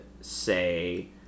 say